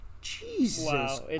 Jesus